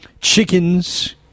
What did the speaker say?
chickens